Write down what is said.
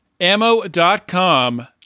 Ammo.com